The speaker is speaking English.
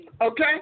Okay